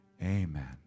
Amen